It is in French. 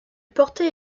portait